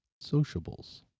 Sociables